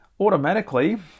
automatically